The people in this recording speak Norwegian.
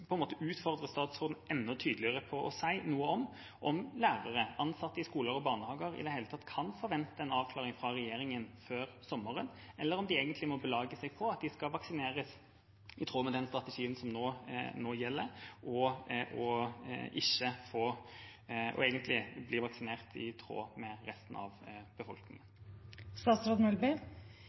statsråden enda tydeligere på å si noe om hvorvidt lærere og ansatte i skoler og barnehager i det hele tatt kan forvente en avklaring fra regjeringa før sommeren, eller om de egentlig må belage seg på at de skal vaksineres i tråd med den strategien som nå gjelder, og altså bli vaksinert sammen med resten av befolkningen?